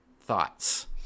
thoughts